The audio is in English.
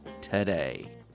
today